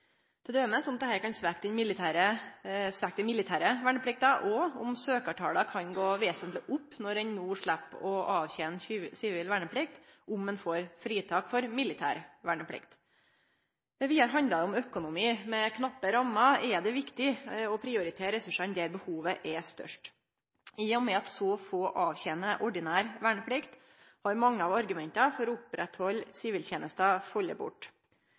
kan svekkje den militære verneplikta, og om søkjartala kan gå vesentleg opp når ein no slepp å avtene sivil verneplikt om ein får fritak for militær verneplikt. Vidare handlar det om økonomi. Med knappe rammer er det viktig å prioritere ressursane der behovet er størst. I og med at så få avtener ordinær verneplikt, har mange av argumenta for å halde siviltenesta